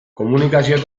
komunikazio